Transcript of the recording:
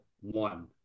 one